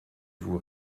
vous